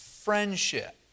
friendship